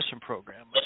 Program